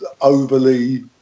overly